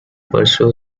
pursue